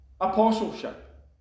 Apostleship